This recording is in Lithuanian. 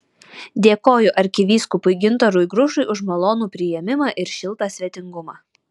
dėkoju arkivyskupui gintarui grušui už malonų priėmimą ir šiltą svetingumą